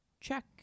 check